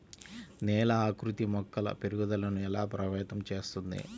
నేల ఆకృతి మొక్కల పెరుగుదలను ఎలా ప్రభావితం చేస్తుంది?